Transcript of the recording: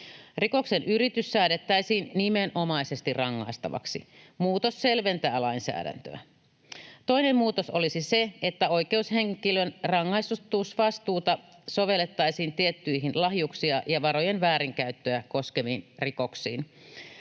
Rikoksen yritys säädettäisiin nimenomaisesti rangaistavaksi. Muutos selventää lainsäädäntöä. Toinen muutos olisi se, että oikeushenkilön rangaistusvastuuta sovellettaisiin tiettyihin lahjuksia ja varojen väärinkäyttöä koskeviin rikoksiin.